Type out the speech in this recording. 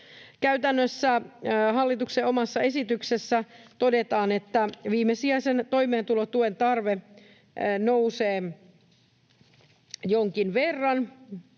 Käytännössä hallituksen omassa esityksessä todetaan, että viimesijaisen toimeentulotuen tarve nousee jonkin verran.